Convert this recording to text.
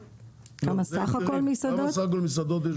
כמה סך הכול מסעדות יש בארץ?